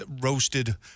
roasted